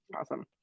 Awesome